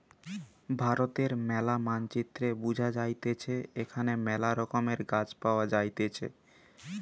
ভারতের ম্যালা মানচিত্রে বুঝা যাইতেছে এখানে মেলা রকমের গাছ পাওয়া যাইতেছে